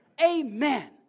Amen